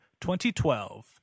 2012